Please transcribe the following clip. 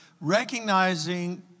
recognizing